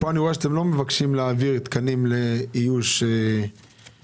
אני רואה שכאן אתם לא מבקשים להעביר תקנים לאיוש בפועל.